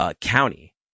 county